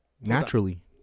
Naturally